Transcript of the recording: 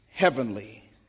Heavenly